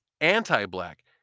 anti-black